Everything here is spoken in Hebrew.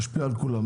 משפיע על כולם.